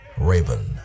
Raven